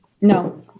No